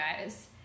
guys